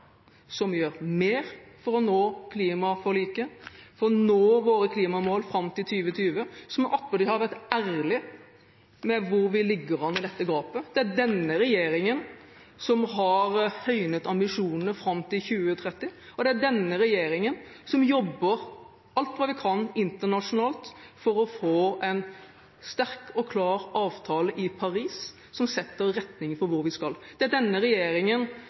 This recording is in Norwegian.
som gjør mer for å oppfylle klimaforliket, for å nå våre klimamål fram til 2020, der vi attpåtil har vært ærlige om hvordan vi ligger an i dette løpet. Det er denne regjeringen som har høynet ambisjonene fram til 2030, og det er denne regjeringen som jobber alt hva den kan internasjonalt for å få en sterk og klar avtale i Paris, som setter retningen for hvor vi skal. Det er denne regjeringen